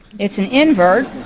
it's an invert